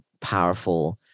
powerful